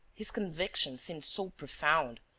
his conviction seemed so profound,